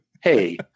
Hey